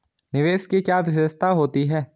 निवेश की क्या विशेषता होती है?